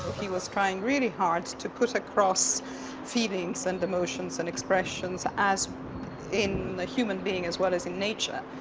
he was trying really hard to put across feelings and emotions and expressions as in a human being as well as in nature.